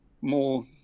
more